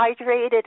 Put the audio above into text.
hydrated